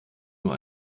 nur